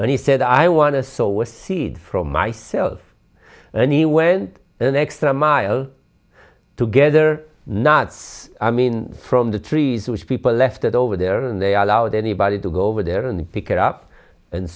and he said i want to sow a seed from myself and he went an extra mile together knots i mean from the trees which people left it over there and they allowed anybody to go over there and pick it up and